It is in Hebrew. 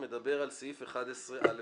מדבר על סעיף 11א(1),